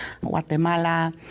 Guatemala